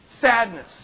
sadness